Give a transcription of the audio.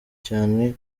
cyane